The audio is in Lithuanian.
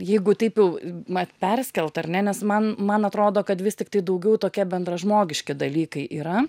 jeigu taip jau mat perskelt ar ne nes man man atrodo kad vis tiktai daugiau tokie bendražmogiški dalykai yra